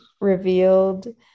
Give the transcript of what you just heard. revealed